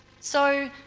so,